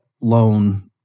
loan